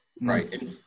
Right